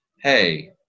hey